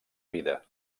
vida